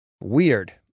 Weird